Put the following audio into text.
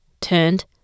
turned